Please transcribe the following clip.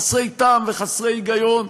חסרי טעם וחסרי היגיון,